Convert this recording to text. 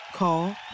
Call